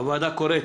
הוועדה קוראת